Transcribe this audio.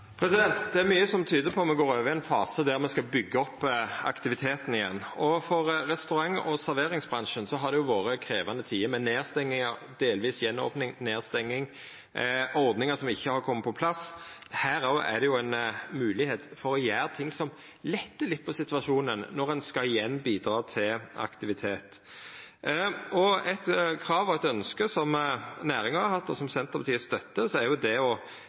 ein fase der me skal byggja opp aktiviteten igjen. For restaurant- og serveringsbransjen har det vore krevjande tider, med nedstenging, delvis gjenopning, nedstenging og ordningar som ikkje har kome på plass. Her er det mogleg å gjera ting som lettar litt på situasjonen når ein igjen skal bidra til aktivitet. Eit krav og eit ønske som næringa har hatt, og som Senterpartiet støttar, er å ha redusert moms på serveringstenester, altså gå ned frå 25 til 15 pst. Dette er eit krav som ikkje berre Senterpartiet og